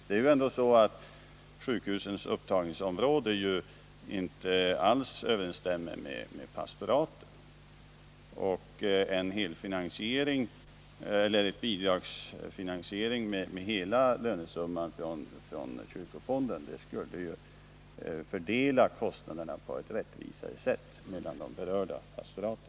Det är ändå så att sjukhusens upptagningsområden inte alls överensstämmer med pastoraten, och en finansiering av hela lönesumman genom kyrkofonden skulle därför innebära att kostnaderna fördelades på ett rättvisare sätt mellan de berörda pastoraten.